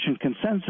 consensus